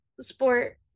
sport